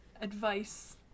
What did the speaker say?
advice